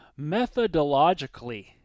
methodologically